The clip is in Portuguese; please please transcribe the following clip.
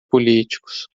políticos